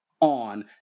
on